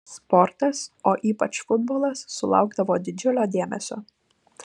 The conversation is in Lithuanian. sportas o ypač futbolas sulaukdavo didžiulio dėmesio